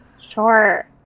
Sure